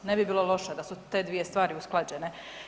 Ne bi bilo loše da su te dvije stvari usklađene.